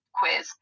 quiz